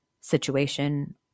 situation